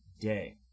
day